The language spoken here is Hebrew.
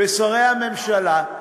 בשרי הממשלה,